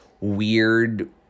weird